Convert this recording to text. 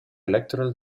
electoral